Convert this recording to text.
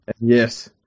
Yes